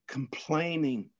Complaining